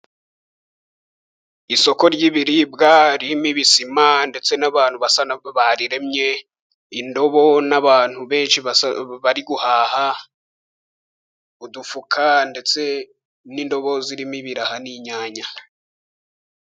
Isoko ry'ibiribwa, ririmo bisima ndetse n'abantu basa n'abariremye, indobo n'abantu benshi bari guhaha udufuka, ndetse n'indobo zirimo ibiraha n'inyanya.